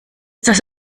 das